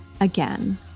again